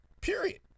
period